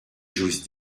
j’ose